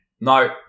No